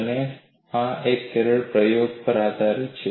અને આ કેવળ પ્રયોગ પર આધારિત છે